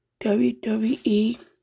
WWE